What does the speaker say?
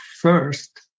first